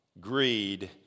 Greed